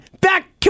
back